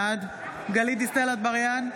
בעד גלית דיסטל אטבריאן,